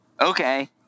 Okay